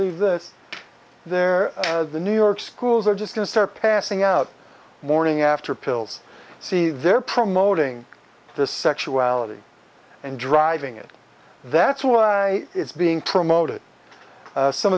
leave this there the new york schools are just going surpassing out morning after pills see they're promoting this sexuality and driving it that's why it's being promoted some